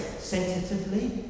sensitively